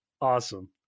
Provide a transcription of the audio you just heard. Awesome